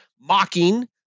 mocking